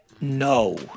no